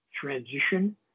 transition